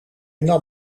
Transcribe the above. nam